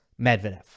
Medvedev